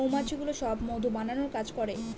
মৌমাছিগুলো সব মধু বানানোর কাজ করে